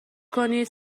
کنید